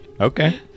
Okay